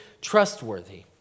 trustworthy